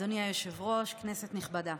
אדוני היושב-ראש, כנסת נכבדה,